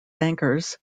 bankers